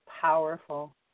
powerful